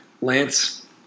Lance